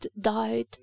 died